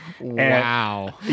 Wow